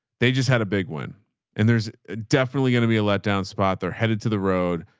they just had a big one and there's definitely going to be a let down spot. they're headed to the road.